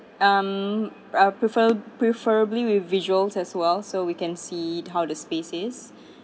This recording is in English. um I prefer preferably with visuals as well so we can see how the space is